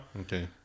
okay